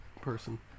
person